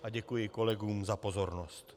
A děkuji kolegům za pozornost.